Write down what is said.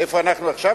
איפה אנחנו עכשיו?